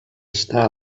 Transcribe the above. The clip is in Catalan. està